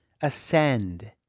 ascend